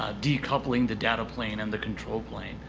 ah decoupling the data plane and the control plane.